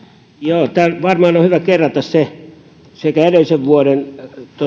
joo varmaan on hyvä kerrata sekä edellisen vuoden